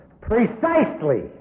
precisely